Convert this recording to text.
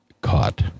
caught